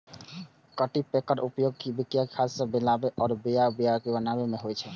cultipacker के उपयोग बिया कें खाद सं मिलाबै मे आ बियाक कियारी बनाबै मे होइ छै